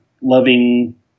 loving